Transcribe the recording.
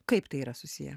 kaip tai yra susiję